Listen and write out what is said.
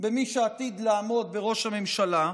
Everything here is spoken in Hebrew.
במי שעתיד לעמוד בראש הממשלה,